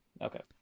Okay